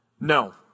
no